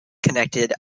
connected